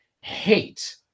hate